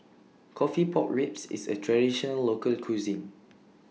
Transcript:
Coffee Pork Ribs IS A Traditional Local Cuisine